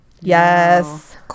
Yes